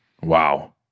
Wow